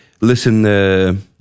Listen